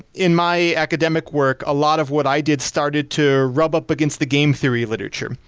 in my academic work, a lot of what i did started to rub up against the game theory literature.